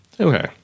Okay